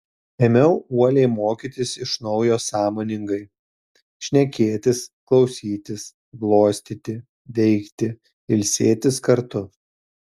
ėmiau uoliai mokytis iš naujo sąmoningai šnekėtis klausytis glostyti veikti ilsėtis kartu